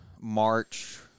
March